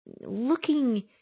looking